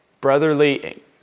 brotherly